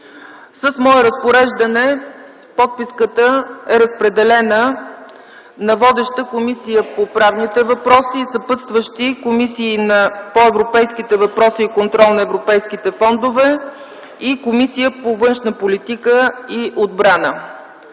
С мое разпореждане подписката е разпределена на водеща – Комисията по правни въпроси, и съпътстващи – Комисията по европейските въпроси и контрол на европейските фондове и Комисията по външна политика и отбрана.